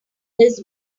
his